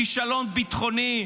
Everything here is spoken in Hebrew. כישלון ביטחוני,